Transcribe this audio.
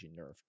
nerfed